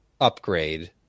upgrade